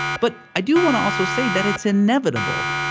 but i do want to also say that it's inevitable.